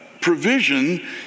provision